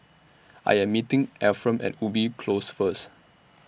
I Am meeting Efrem At Ubi Close First